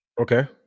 Okay